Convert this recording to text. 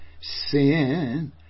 Sin